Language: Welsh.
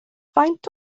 faint